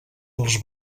dels